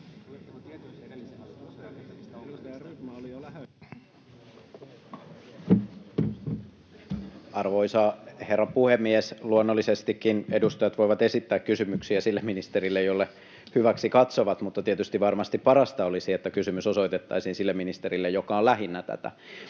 Arvoisa herra puhemies! Luonnollisestikin edustajat voivat esittää kysymyksiä sille ministerille, jolle hyväksi katsovat, mutta tietysti varmasti parasta olisi, että kysymys osoitettaisiin sille ministerille, joka on lähinnä tätä.